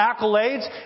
accolades